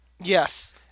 Yes